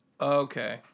Okay